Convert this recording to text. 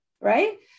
Right